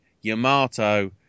Yamato